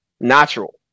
natural